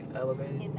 elevated